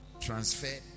transferred